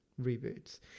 reboots